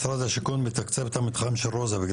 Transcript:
משרד השיכון מתקצב את המתחם של רוזה.